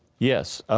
yes.